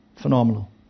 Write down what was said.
Phenomenal